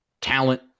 talent